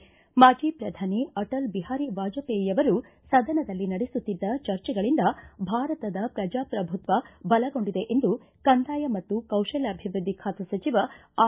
ಮಾಜಿ ಪ್ರಧಾನಿ ಅಟಲ್ ಬಿಹಾರಿ ವಾಜಪೇಯಿಯವರು ಸದನದಲ್ಲಿ ನಡೆಸುತ್ತಿದ್ದ ಚರ್ಚೆಗಳಿಂದ ಭಾರತದ ಪ್ರಜಾಪ್ರಭುತ್ವ ಬಲಗೊಂಡಿದೆ ಎಂದು ಕಂದಾಯ ಮತ್ತು ಕೌಶಲ್ಲಾಭಿವೃದ್ದಿ ಖಾತೆ ಸಚಿವ ಆರ್